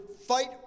fight